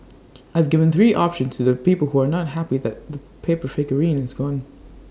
I've given three options to the people who are not happy that the paper figurine is gone